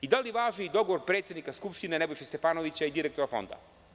Ili, da li važi dogovor predsednika Skupštine, Nebojše Stefanovića i direktora Fonda?